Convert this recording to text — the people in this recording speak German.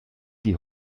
die